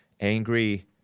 angry